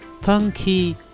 punky